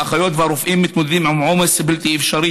האחיות והרופאים מתמודדים עם עומס בלתי אפשרי.